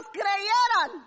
creyeran